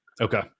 okay